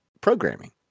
programming